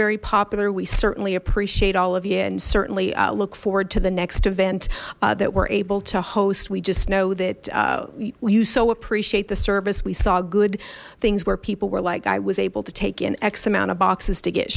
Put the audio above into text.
very popular we certainly appreciate all of you and certainly look forward to the next event that were able to host we just know that you so appreciate the service we saw good things where people were like i was able to take in x amount of boxes to get